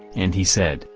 and he said,